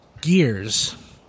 Gears